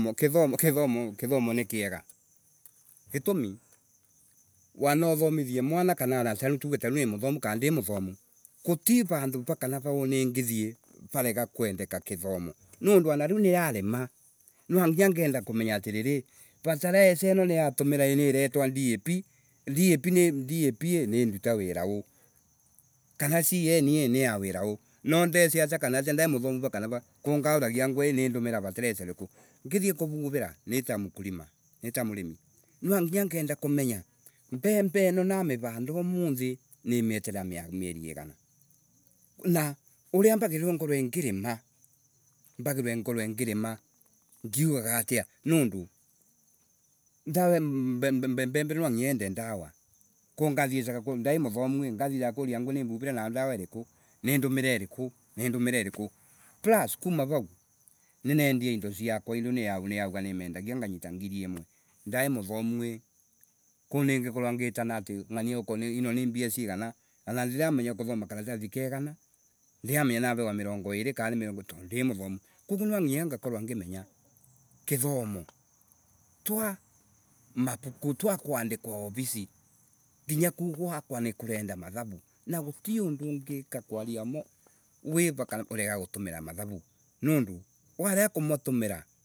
Kithomo, kithomo nikiega, wanauthomithie mwana, kanaona tuge tario ni muthomu kana ndimuthamu, guti vandu va kana va ningithii rarega kwendeka kithomo. Niundu wana riu niarama nwanginya ningienda kumenya atiriri, fertelesa eno niatumira niirendwa DAP, DAP. DAP I, niiruta wira u kana CAN I niya wira u no ndeci atya kana atya nde, muthomu ra kara ra nindumira ratelesa iriku. Ngithii kivuvira, nita mukurima, nitamurimi mwanginya ningienda kumenya, mbembe ino namiranda umuthi, ni mieterera mieri igana. Na uria vatiririe gukorwa ngirima, vatiririe gukorwa ngirima ngiugaga atia. Nundu, dawa, be- be- mbembe nwanginya yende ndawa. Ko nga nde muthomui I, ko ngathiiraga ngiuragia angwe ni vurira na ndawa iriku Ni ndumira iriku ni ndumira iriku Plus, kuma vau, ninendia ndio siakwa ino nirauga nimendagia nganyita ngiri imu Nde muthomo I, ko ningikorwa ngitana ati ngania uk ino ni siigana Ana ndiravota kuthoma karatathi ke igana ndiramenya narewa mirongo iri kana ni miro tondundi muthomu. Koguo nwanginya ngakorwa ngimenya, kithomo, twa mavuku, twa kwandikwa ovisi, nginya kau gwaka nikurenda mathavu. Na undu ungika kwaria ma wira kana va urega kutumira mathavu. Niundu warega kumatumira.